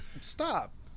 Stop